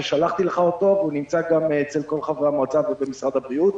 ששלחתי לך אותו והוא נמצא גם אצל כל חברי המועצה ובמשרד הבריאות.